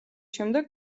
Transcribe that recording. შემდეგ